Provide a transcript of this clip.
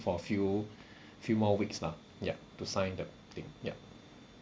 for a few few more weeks lah yup to sign the thing yup